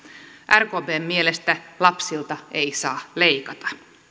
rkpn mielestä lapsilta ei saa leikata